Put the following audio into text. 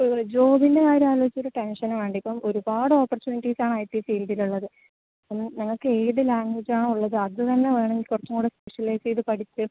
ജോബിൻ്റെ കാര്യം ആലോചിച്ച് ടെൻഷൻ ആകണ്ട ഇപ്പൊൾ ഒരുപാട് ഓപ്പർച്യൂണിറ്റീസാണ് ഐ റ്റി ഫീൽഡിലുള്ളത് നിങ്ങക്കേതു ലാഗ്വേജാണോ ഉള്ളത് അത് തന്നെ വേണമെങ്കിൽ കുറച്ചുംകൂടെ സ്പെഷ്യലൈസ് ചെയ്ത് പഠിച്ച്